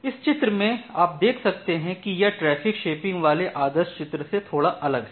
इस चित्र में आप देख सकते है कि यह ट्रैफिक शेपिंग वाले आदर्श चित्र से थोडा अलग है